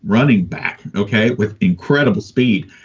running back, ok, with incredible speed.